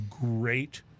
great